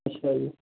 ਅੱਛਾ ਜੀ